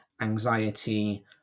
anxiety